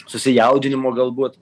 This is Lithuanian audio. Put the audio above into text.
susijaudinimo galbūt